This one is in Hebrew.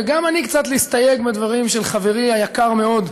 וגם קצת להסתייג מהדברים של חברי היקר מאוד,